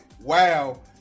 wow